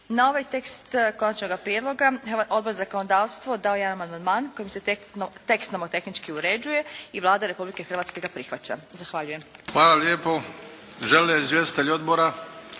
Na ovaj tekst konačnoga prijedloga ovaj Odbor za zakonodavstvo dao je jedan amandman kojim se tekst nomotehnički uređuje i Vlada Republike Hrvatske ga prihvaća. Zahvaljujem. **Bebić, Luka (HDZ)** Hvala lijepo. Žele li izvjestitelji odbora?